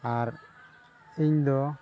ᱟᱨ ᱤᱧ ᱫᱚ